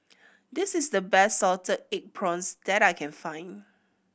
this is the best salted egg prawns that I can find